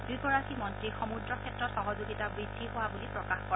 দুইগৰাকী মন্ত্ৰী সমূদ্ৰক্ষেত্ৰত সহযোগিতা বৃদ্ধি হোৱা বুলি প্ৰকাশ কৰে